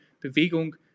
Bewegung